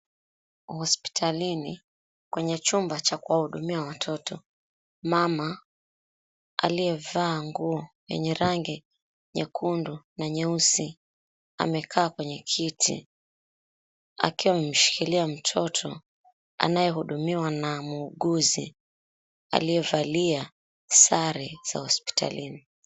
Hospitalini, kwenye chumba cha kuwahudumia watoto, mama aliyevaa nguo yenye rangi nyekundu na nyeusi, amekaa kwenye kiti akiwa amemshikilia mtoto anayehudumiwa na muuguzi aliyevalia sare za hospitalini.